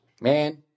man